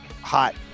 hot